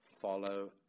follow